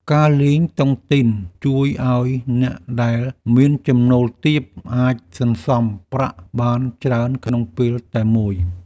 ការលេងតុងទីនជួយឱ្យអ្នកដែលមានចំណូលទាប អាចសន្សំប្រាក់បានច្រើនក្នុងពេលតែមួយ។